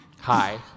Hi